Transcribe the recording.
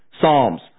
Psalms